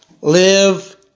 Live